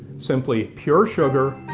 simply pure sugar,